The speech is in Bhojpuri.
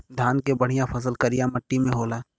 धान के बढ़िया फसल करिया मट्टी में होला